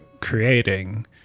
creating